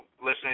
listening